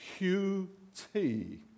QT